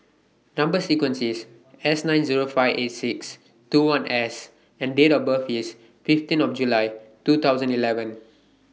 Number sequence IS S nine Zero five eight six two one S and Date of birth IS fifteen of July two thousand eleven